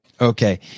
Okay